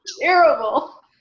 Terrible